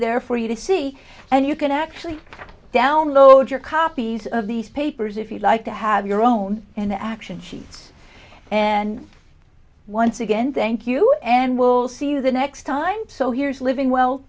there for you to see and you can actually download your copies of these papers if you like to have your own in the action sheets and once again thank you and will see the next time so here's living well